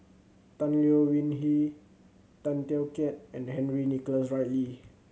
Tan Leo Wee Hin Tay Teow Kiat and Henry Nicholas Ridley